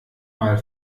mal